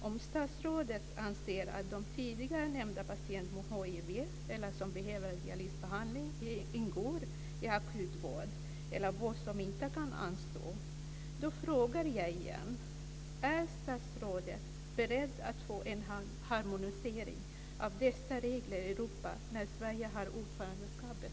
Om statsrådet anser att de tidigare nämnda patienterna med hiv, eller patienter som behöver dialysbehandling, ingår i akut vård eller vård som inte kan anstå frågar jag igen: Är statsrådet beredd att få till stånd en harmonisering av dessa regler i Europa när Sverige har ordförandeskapet?